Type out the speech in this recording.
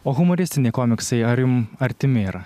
o humoristiniai komiksai ar jum artimi yra